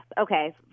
Okay